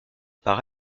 par